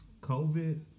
COVID